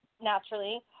naturally